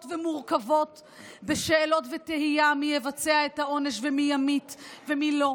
ומורכבות ושאלות ותהייה מי יבצע את העונש ומי ימית ומי לא.